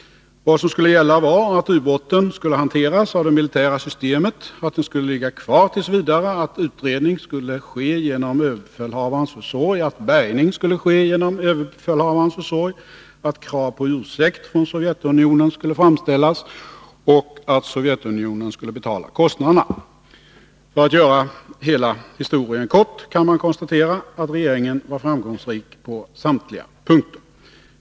Vad som skulle gälla var att ubåten skulle hanteras av det militära systemet, att den skulle ligga kvar t. v., att utredning skulle ske genom överbefälhavarens försorg, att bärgning skulle ske genom överbefälhavarens försorg, att krav på ursäkt från Sovjetunionen skulle framställas och att Sovjetunionen skulle betala kostnaderna. För att göra hela historien kort kan man konstatera att regeringen var framgångsrik på samtliga punkter.